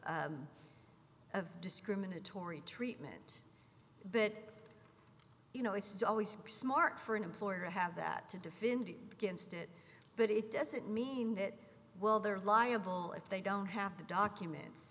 case of discriminatory treatment bit you know it's to always be smart for an employer to have that to defend against it but it doesn't mean that well they're liable if they don't have the documents